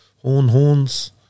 horn-horns